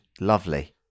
Lovely